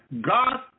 God